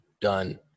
done